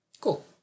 Cool